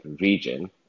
region